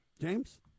James